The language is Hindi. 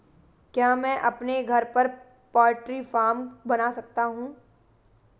क्या मैं अपने घर पर पोल्ट्री फार्म बना सकता हूँ?